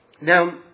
Now